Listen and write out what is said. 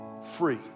free